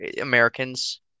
Americans